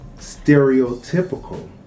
stereotypical